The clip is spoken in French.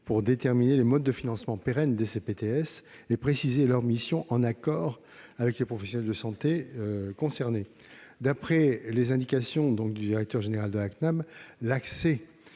pour déterminer des modes de financement pérennes des CPTS et préciser leurs missions en accord avec les professionnels de santé concernés. D'après les indications du directeur général de la CNAM, l'accès